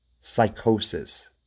psychosis